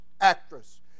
actress